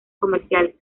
comerciales